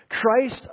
Christ